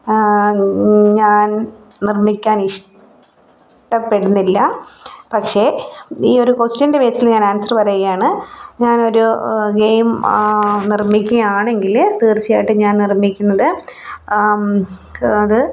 ഞാൻ നിർമ്മിക്കാൻ ഇഷ്ടപ്പെടുന്നില്ല പക്ഷേ ഈയൊരു ക്വസ്റ്റ്യൻ്റെ ബേസിൽ ഞാൻ ആൻസർ പറയുകയാണ് ഞാൻ ഒരു ഗെയിം നിർമ്മിക്കുകയാണെങ്കിൽ തീർച്ചയായിട്ടും ഞാൻ നിർമ്മിക്കുന്നത് അത്